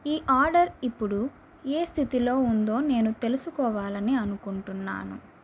ఈ ఆర్డర్ ఇప్పుడు ఏ స్థితిలో ఉందో నేను తెలుసుకోవాలని అనుకుంటున్నాను